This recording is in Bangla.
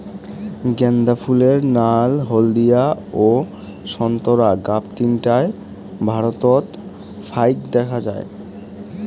গ্যান্দা ফুলের নাল, হলদিয়া ও সোন্তোরা গাব তিনটায় ভারতত ফাইক দ্যাখ্যা যায়